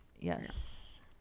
yes